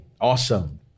Awesome